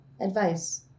advice